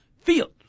field